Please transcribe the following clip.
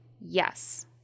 Yes